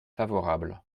favorable